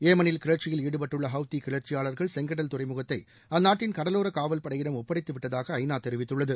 ஏமனில் கிளர்ச்சியில் ஈடுபட்டுள்ள ஹவுத்தி கிளர்ச்சியாளர்கள் செங்கடல் துறைமுகத்தை அந்நாட்டின் கடலோர காவல் படையிடம் ஒப்படைத்துவிட்டதாக ஐ நா தெரிவித்துள்ளது